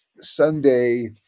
Sunday